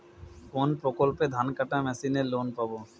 কোন প্রকল্পে ধানকাটা মেশিনের লোন পাব?